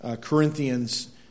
Corinthians